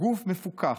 גוף מפוקח,